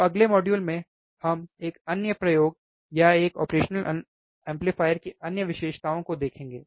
तो अगले मॉड्यूल में हम एक अन्य प्रयोग या एक ऑपरेशनल एम्पलीफायर की अन्य विशेषताओं को देखेंगे